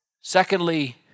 Secondly